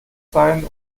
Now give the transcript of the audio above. sein